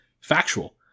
factual